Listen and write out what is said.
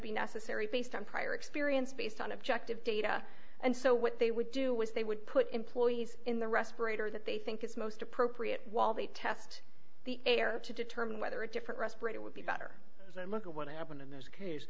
be necessary based on prior experience based on objective data and so what they would do is they would put employees in the respirator that they think it's most appropriate while they test the air to determine whether a different respirator would be better and look i want to have one of those case